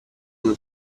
non